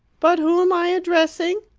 but who am i addressing?